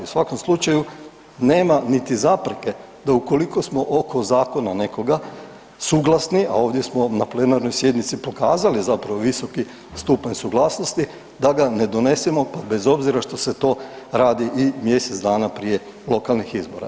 U svakom slučaju, nema niti zapreke da ukoliko smo oko zakona nekoga suglasni, a ovdje smo na plenarnoj pokazali zapravo visoki stupanj suglasnosti, da ga ne donesemo pa bez obzira šta se to radi i mjesec dana prije lokalnih izbora.